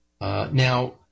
now